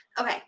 Okay